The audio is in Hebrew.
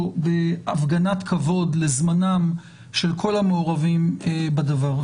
בהפגנת כבוד לזמנם של כל המעורבים בדבר.